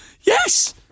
Yes